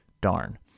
Darn